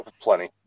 plenty